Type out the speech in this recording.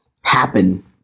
happen